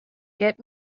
get